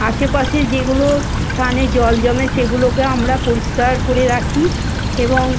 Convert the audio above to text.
আশেপাশে যেগুলো স্থানে জল জমে সেগুলোকে আমরা পরিষ্কার করে রাখি এবং